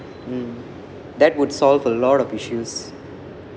mm that would solve a lot of issues